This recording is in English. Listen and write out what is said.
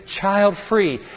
child-free